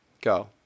Go